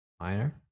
minor